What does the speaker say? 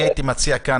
הייתי מציע כאן,